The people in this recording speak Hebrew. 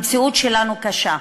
המציאות שלנו קשה,